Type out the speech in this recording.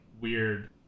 weird